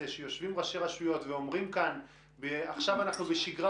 זה שיושבים ראשי רשויות ואומרים כאן: עכשיו אנחנו בשגרה,